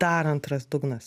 dar antras dugnas